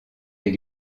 des